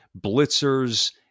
blitzers